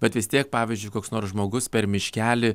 bet vis tiek pavyzdžiui koks nors žmogus per miškelį